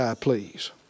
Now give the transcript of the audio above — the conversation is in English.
please